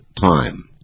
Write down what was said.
Time